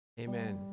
Amen